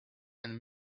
and